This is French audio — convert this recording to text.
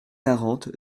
quarante